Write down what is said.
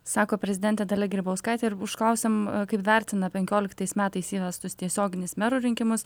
sako prezidentė dalia grybauskaitė ir užklausėm kaip vertina penkioliktais metais įvestus tiesioginius merų rinkimus